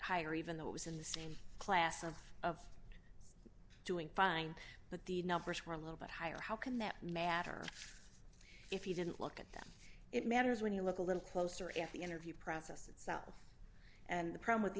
higher even though it was in the same class of of doing fine but the numbers were a little bit higher how can that matter if you didn't look at them it matters when you look a little closer at the interview process itself and the problem with the